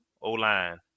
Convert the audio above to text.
O-line